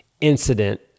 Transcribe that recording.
incident